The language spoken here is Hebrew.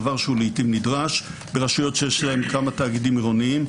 דבר שהוא לעיתים נדרש ברשויות שיש להן כמה תאגידים עירוניים.